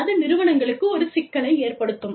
அது நிறுவனங்களுக்கு ஒரு சிக்கலை ஏற்படுத்தும்